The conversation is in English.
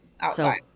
outside